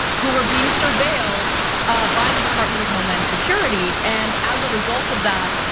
who we're being surveilled by the department of homeland security. and as a result of that,